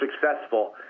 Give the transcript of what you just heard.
successful